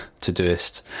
Todoist